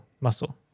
muscle